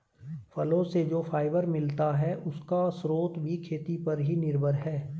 फलो से जो फाइबर मिलता है, उसका स्रोत भी खेती पर ही निर्भर है